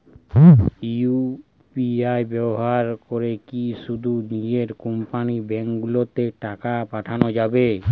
UPI ব্যবহার করে কি শুধু নিজের কোম্পানীর ব্যাংকগুলিতেই টাকা পাঠানো যাবে?